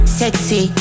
sexy